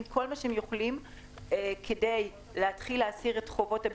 כל שהם יכולים כדי להתחיל להסיר את חובות הבידוד,